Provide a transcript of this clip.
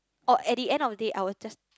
or at the end of the day I will just